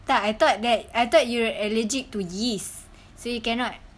tak I thought that I thought you were allergic to yeast so you cannot